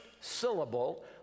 syllable